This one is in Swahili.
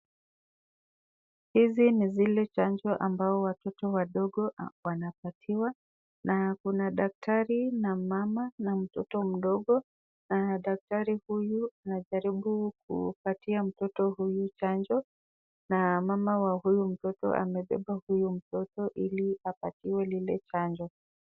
Hizi ni zile chanjo ambao watoto wadogo wanapatiwa na kuna daktari na mmama na mtoto mdogo na daktari huyu anajaribu kupatia mtoto huyu chanjo na mama wa huyu mtoto amebeba huyu mtoto ili apatiwe lile chanjo.